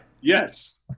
yes